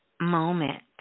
moment